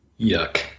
Yuck